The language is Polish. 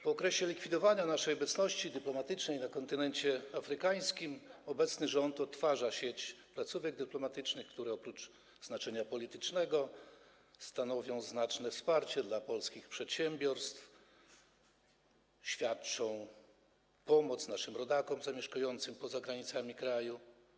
Po okresie likwidowania naszej obecności dyplomatycznej na kontynencie afrykańskim obecny rząd odtwarza sieć placówek dyplomatycznych, które oprócz posiadania znaczenia politycznego stanowią znaczne wsparcie dla polskich przedsiębiorstw, świadczą pomoc naszym rodakom zamieszkującym poza granicami kraju.